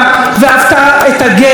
"ואהבת את הגר".